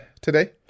today